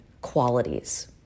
qualities